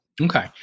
Okay